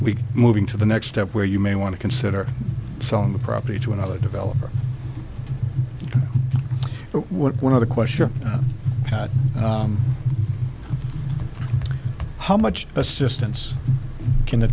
we moving to the next step where you may want to consider selling the property to another developer one of the question how much assistance can